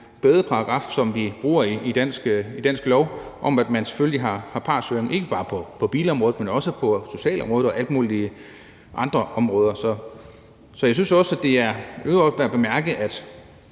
den paragraf, vi bruger i dansk lov, om, at man selvfølgelig har partshøring, ikke bare på bilområdet, men også på socialområdet og alle mulige andre områder. Så jeg synes også, det er værd at bemærke, at